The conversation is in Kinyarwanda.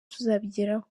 tuzabigeraho